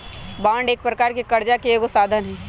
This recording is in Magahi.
बॉन्ड एक प्रकार से करजा के एगो साधन हइ